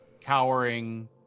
cowering